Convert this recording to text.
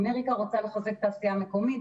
אמריקה רוצה לחזק תעשייה מקומית,